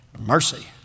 Mercy